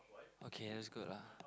okay that's good lah